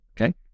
okay